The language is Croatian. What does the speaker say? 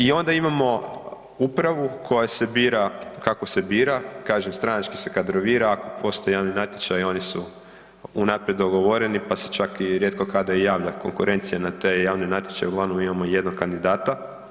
I onda imamo upravu koja se bira kako se bira, kažem stranački se kadrovira, ako postoje javni natječaji oni su unaprijed dogovoreni pa se čak i rijetko kada i javlja konkurencija na te javne natječaje, uglavnom imamo jednog kandidata.